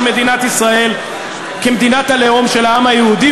מדינת ישראל כמדינת הלאום של העם היהודי,